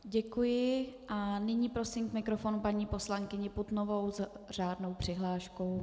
Děkuji, a nyní prosím k mikrofonu paní poslankyni Putnovou s řádnou přihláškou.